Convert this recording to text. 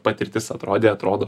patirtis atrodė atrodo